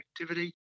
activity